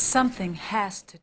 something hast